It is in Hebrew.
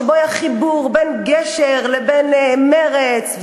שבו היה חיבור בין גשר לבין מרצ,